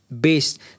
based